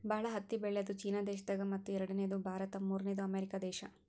ಭಾಳ್ ಹತ್ತಿ ಬೆಳ್ಯಾದು ಚೀನಾ ದೇಶದಾಗ್ ಮತ್ತ್ ಎರಡನೇದು ಭಾರತ್ ಮೂರ್ನೆದು ಅಮೇರಿಕಾ ದೇಶಾ